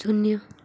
शून्य